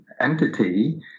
entity